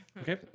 Okay